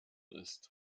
ist